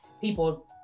people